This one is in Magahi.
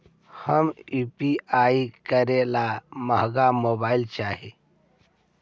हम यु.पी.आई करे ला महंगा मोबाईल चाही?